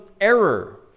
error